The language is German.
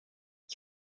ich